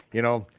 you know,